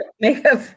makeup